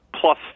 plus